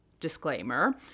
disclaimer